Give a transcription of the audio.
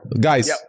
Guys